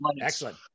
excellent